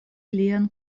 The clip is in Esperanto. lian